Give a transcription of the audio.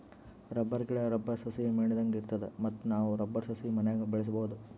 rubber ಗಿಡಾ, rubber ಸಸಿ ಮೇಣದಂಗ್ ಇರ್ತದ ಮತ್ತ್ ನಾವ್ ರಬ್ಬರ್ ಸಸಿ ಮನ್ಯಾಗ್ ಬೆಳ್ಸಬಹುದ್